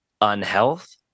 unhealth